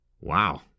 Wow